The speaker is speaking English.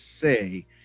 say